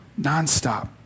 nonstop